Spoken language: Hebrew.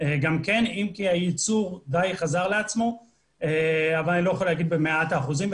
אם כי הייצור די חזר לעצמו אבל אני לא יכול לומר שהוא חזר במאת האחוזים.